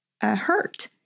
hurt